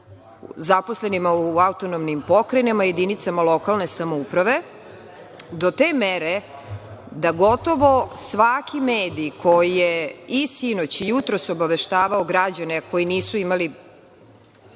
zaposlenih u autonomnim pokrajinama i jedinicama lokalne samouprave, do te mere da gotovo svaki medij koji je i sinoć i jutros obaveštavao građane koji nisu imali